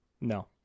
no